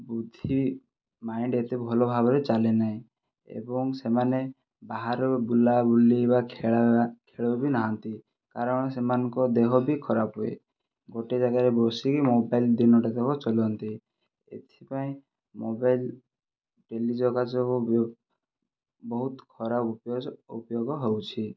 ବୁଦ୍ଧି ମାଇଣ୍ଡ ଏତେ ଭଲ ଭାବରେ ଚାଲେ ନାହିଁ ଏବଂ ସେମାନେ ବାହାର ବୁଲାବୁଲି ବା ଖେଳ ଖେଳୁ ବି ନାହାନ୍ତି କାରଣ ସେମାନଙ୍କ ଦେହ ବି ଖରାପ ହୁଏ ଗୋଟେ ଜାଗାରେ ବସିକି ମୋବାଇଲ ଦିନ ଟା ଯାକ ଚଲାନ୍ତି ଏଥିପାଇଁ ମୋବାଇଲ ଟେଲି ଯୋଗାଯୋଗ ବହୁତ ଖରାପ ଉପଯୋଗ ହେଉଛି